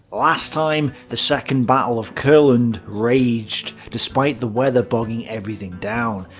last time, the second battle of courland raged, despite the weather bogging everything down.